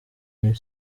muri